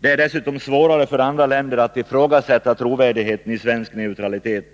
Det är dessutom svårare för andra länder att ifrågasätta trovärdigheten i neutraliteten